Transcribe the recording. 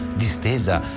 distesa